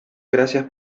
gracias